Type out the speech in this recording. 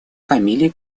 фамилии